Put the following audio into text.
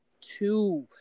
two